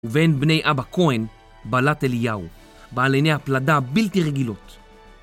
ובין בני אבא כהן, בעלת אליהו, בעל עיני הפלדה הבלתי רגילות.